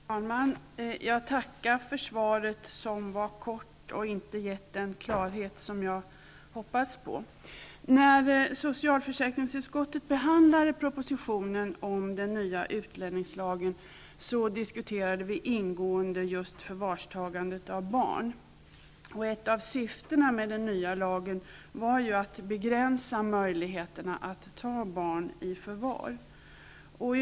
Herr talman! Jag tackar för svaret, som var kort och inte gav den klarhet som jag hade hoppats. När vi i socialförsäkringsutskottet behandlade propositionen om den nya utlänningslagen diskuterade vi ingående just förvarstagandet av barn. Ett av syftena med den nya lagen var ju att möjligheterna att ta barn i förvar skulle begränsas.